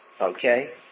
Okay